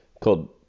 called